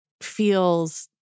feels